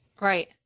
Right